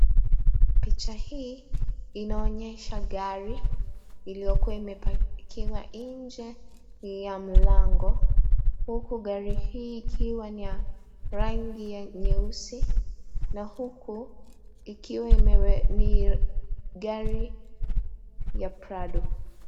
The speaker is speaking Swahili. Picha hii inaonyesha gari iliyokuwa imepakiwa nje ya mlango, huku gari hii ikiwa ni ya rangi ya nyeusi na huku ikiwa ni gari ya Prado.